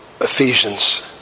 Ephesians